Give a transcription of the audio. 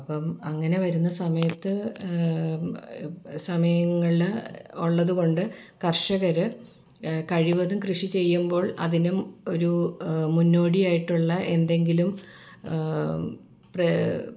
അപ്പം അങ്ങനെ വരുന്ന സമയത്ത് സമയങ്ങള് ഒള്ളത് കൊണ്ട് കർഷകര് കഴിവതും കൃഷി ചെയ്യുമ്പോൾ അതിനും ഒരു മുന്നോടിയായിട്ടുള്ള എന്തെങ്കിലും പ്ര